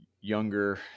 younger